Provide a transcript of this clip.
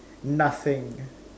nothing